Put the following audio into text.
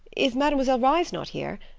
is mademoiselle reisz not here?